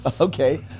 Okay